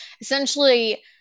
essentially